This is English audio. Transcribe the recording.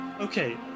okay